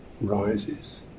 rises